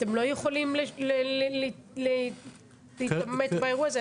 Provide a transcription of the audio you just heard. אתם לא יכולים להתעמת באירוע הזה?